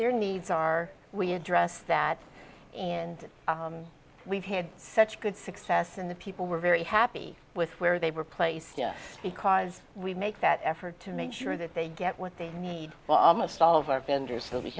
their needs are we address that in we've had such good success and the people were very happy with where they were placed because we make that effort to make sure that they get what they need for almost all of our vendors